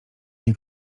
nie